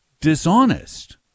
dishonest